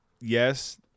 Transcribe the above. yes